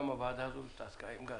הוועדה הזאת גם התעסקה עם גז.